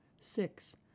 Six